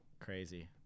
Crazy